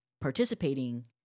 participating